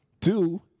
Two